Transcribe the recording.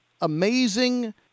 amazing